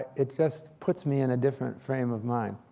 it just puts me in a different frame of mind.